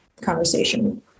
conversation